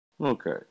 Okay